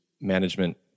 management